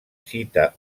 cita